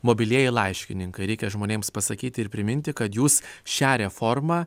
mobilieji laiškininkai reikia žmonėms pasakyti ir priminti kad jūs šią reformą